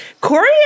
Corey